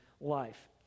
life